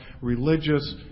religious